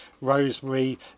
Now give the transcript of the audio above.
rosemary